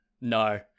No